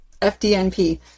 FDNP